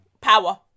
Power